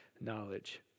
knowledge